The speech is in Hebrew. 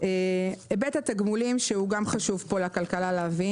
היבט התגמולים שגם אותו חשוב להבין.